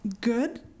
good